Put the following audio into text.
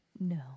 No